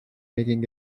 making